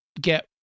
get